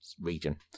region